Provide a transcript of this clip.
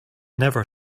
never